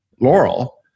Laurel